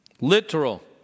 Literal